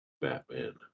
Batman